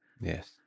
Yes